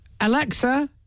Alexa